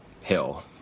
hill